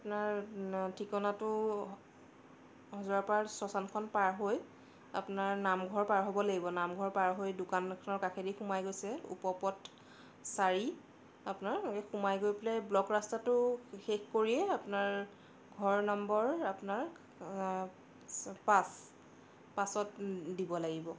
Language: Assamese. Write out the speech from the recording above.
আপোনাৰ ঠিকনাটো হজৰাপাৰা শ্মশানখন পাৰ হৈ আপোনাৰ নামঘৰ পাৰ হ'ব লাগিব নামঘৰ পাৰ হৈ দোকানখনৰ কাষেদি সোমাই গৈছে উপপথ চাৰি আপোনাৰ এই সোমাই গৈ পেলাই ব্লক ৰাস্তাটো শেষ কৰিয়েই আপোনাৰ ঘৰ নম্বৰ আপোনাৰ পাঁচ পাঁচত দিব লাগিব